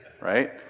right